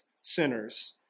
sinners